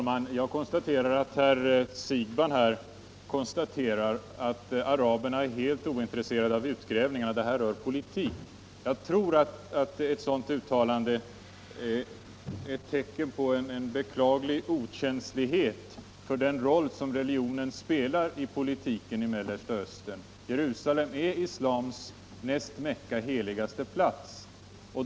Herr talman! Herr Siegbahn konstaterar att araberna är helt ointresserade av utgrävningarna, och han säger: ”Det här är ju politik!” Jag tror att ett sådant uttalande är ett tecken på en beklaglig okänslighet för den roll som religionen spelar i politiken i Mellersta Östern. Jerusalem är islams näst Mecka heligaste plats.